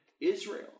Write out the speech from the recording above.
Israel